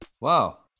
Wow